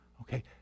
Okay